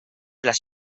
las